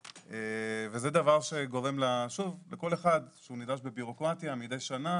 זה דבר שגורם לכל אחד שהוא נדרש בביורוקרטיה מדי שנה.